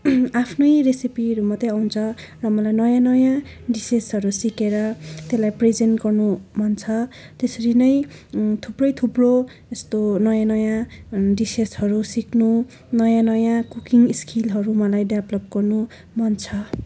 आफ्नै रेसिपीहरू मात्रै आउँछ र मलाई नयाँ नयाँ डिसेसहरू सिकेर त्यसलाई प्रेजेन्ट गर्नु मन छ त्यसरी नै थुप्रै थुप्रो यस्तो नयाँ नयाँ डिसेसहरू सिक्नु नयाँ नयाँ कुकिङ स्किलहरू मलाई डेभ्लोप गर्नु मन छ